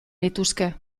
nituzke